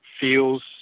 feels